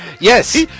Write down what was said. Yes